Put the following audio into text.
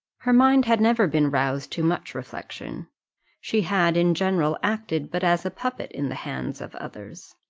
her mind had never been roused to much reflection she had in general acted but as a puppet in the hands of others.